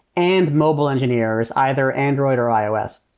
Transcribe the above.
and mobile engineers, either android or ios.